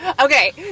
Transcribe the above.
Okay